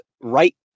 right